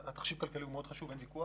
התחשיב הכלכלי הוא מאוד חשוב, אין ויכוח.